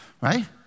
Right